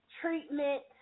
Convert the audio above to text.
treatment